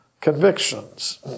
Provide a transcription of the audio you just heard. convictions